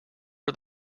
are